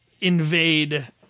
invade